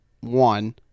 One